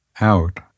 out